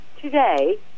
today